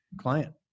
client